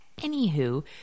Anywho